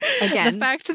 Again